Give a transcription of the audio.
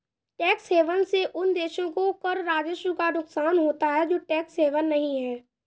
tax haven से उन देशों को कर राजस्व का नुकसान होता है जो टैक्स हेवन नहीं हैं